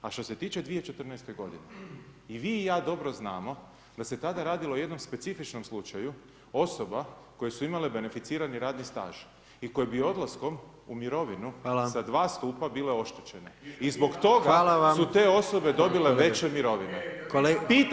A što se tiče 2014. godine i vi i ja dobro znamo da se tada radilo o jednom specifičnom slučaju osoba koje su imale beneficirani radni staž i koje bi odlaskom u mirovinu sa dva stupa bile oštećene i zbog toga su… ... [[Upadica: ne čuje se.]] te osobe dobile veće mirovine. ... [[Govornici govore istovremeno, ne razumije se.]] Hvala.